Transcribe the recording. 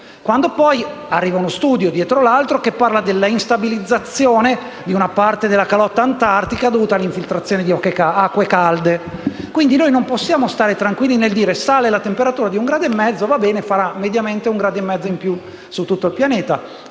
quando poi arrivano studi, uno dietro l'altro, che parlano della instabilizzazione di una parte della calotta antartica dovuta all'infiltrazione di acque calde. Quindi noi non possiamo stare tranquilli pensando che se sale la temperatura di un grado e mezzo va bene perché farà mediamente un grado e mezzo in più su tutto il pianeta